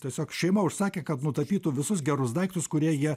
tiesiog šeima užsakė kad nutapytų visus gerus daiktus kurie jie